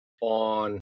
on